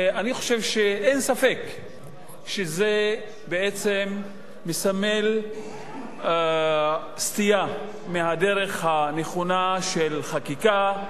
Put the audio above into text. אני חושב שאין ספק שזה מסמל סטייה מהדרך הנכונה של חקיקה,